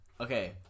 Okay